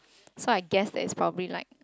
so I guess that's probably like